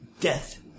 death